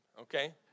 Okay